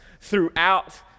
throughout